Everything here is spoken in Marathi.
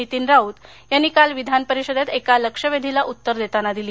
नितीन राऊत यांनी काल विधानपरिषदेत एका लक्षवेधीला उत्तर देताना दिली